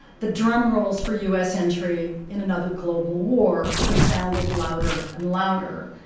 the drum rolls for us entry in another global war were sounded louder and louder,